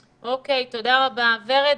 אוקיי, תודה רבה, ורד.